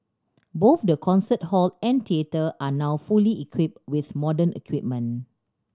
both the concert hall and theatre are now fully equipped with modern equipment